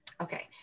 Okay